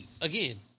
Again